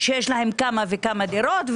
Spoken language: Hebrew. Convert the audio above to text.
שיש להם כמה וכמה דירות.